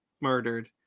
murdered